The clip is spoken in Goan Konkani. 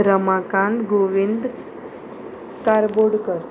रमाकांत गोविंद कारबोडकर